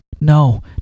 No